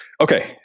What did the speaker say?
Okay